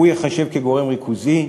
ייחשב כגורם ריכוזי.